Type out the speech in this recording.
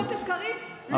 "חדשים לבקרים,